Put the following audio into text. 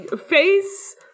face